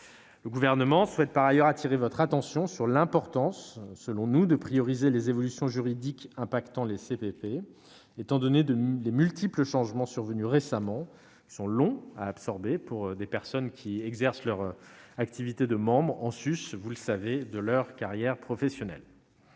Le Gouvernement souhaite par ailleurs attirer votre attention sur l'importance de prioriser les évolutions juridiques qui concernent les CPP, étant donné les multiples changements survenus récemment, lesquels sont longs à absorber pour des personnes exerçant leur activité de membre en sus de leur carrière professionnelle.